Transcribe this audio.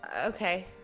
okay